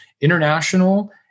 international